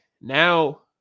now